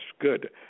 good